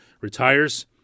retires